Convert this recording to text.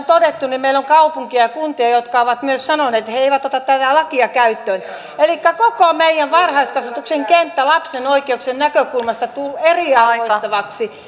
todettu meillä on kaupunkeja ja kuntia jotka ovat myös sanoneet että he eivät ota tätä lakia käyttöön elikkä koko meidän varhaiskasvatuksen kenttä lapsen oikeuksien näkökulmasta tulee eriarvoistavaksi